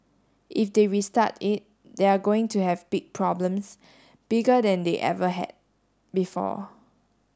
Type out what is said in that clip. if they restart it they're going to have big problems bigger than they ever had before